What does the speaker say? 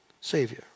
Savior